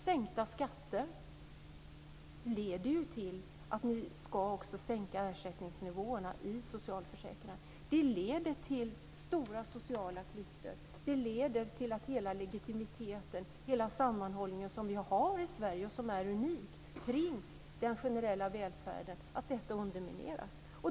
Sänkta skatter leder ju till att ni också ska sänka ersättningsnivåerna i socialförsäkringarna. Det leder till stora social klyftor. Det leder till att hela legitimiteten, hela den sammanhållning som vi har i Sverige kring den generella välfärden, som är unik, undermineras.